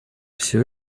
все